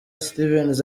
stevens